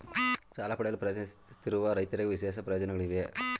ಸಾಲ ಪಡೆಯಲು ಪ್ರಯತ್ನಿಸುತ್ತಿರುವ ರೈತರಿಗೆ ವಿಶೇಷ ಪ್ರಯೋಜನಗಳಿವೆಯೇ?